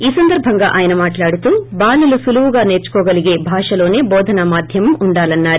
ఈ సందర్భంగా ఆయన మాట్లాడుతూ బాలలు సులువుగా సేర్సుకోగలిగే భాషలోనే బోధనా మాధ్యమం ఉండాలన్నారు